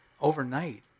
overnight